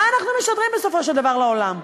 מה אנחנו משדרים בסופו של דבר לעולם?